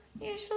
usually